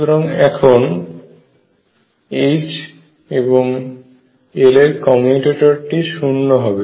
সুতরাং এখন H এবং L এর কমিউটেটরটি শুন্য হবে